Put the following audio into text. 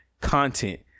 content